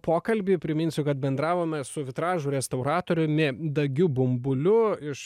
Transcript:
pokalbį priminsiu kad bendravome su vitražų restauratoriumi daugiu bumbuliu iš